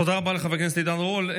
תודה רבה לחבר הכנסת עידן רול.